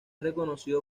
reconocido